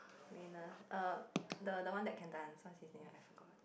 manner err the the one that can dance what is his name I forgot